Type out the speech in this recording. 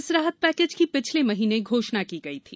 इस राहत पैकेज की पिछले महीने घोषणा की गई थी